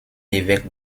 évêque